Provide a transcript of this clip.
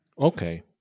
Okay